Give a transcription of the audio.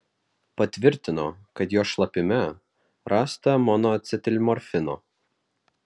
patvirtino kad jo šlapime rasta monoacetilmorfino